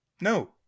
No